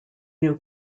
new